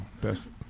Best